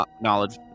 knowledge